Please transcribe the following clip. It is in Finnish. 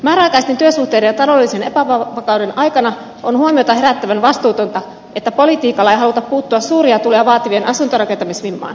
määräaikaisten työsuhteiden ja taloudellisen epävakauden aikana on huomiota herättävän vastuutonta että politiikalla ei haluta puuttua suuria tuloja vaativien asuntojen rakentamisvimmaan